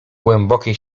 głębokie